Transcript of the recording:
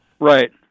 Right